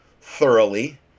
thoroughly